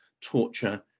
torture